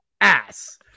ass